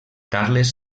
carles